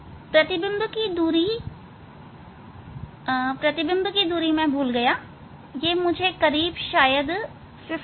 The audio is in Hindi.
प्रतिबिंब की दूरी प्रतिबिंब की दूरी थी मैं भूल गया यह मुझे करीब 534 मिली थी